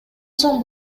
соң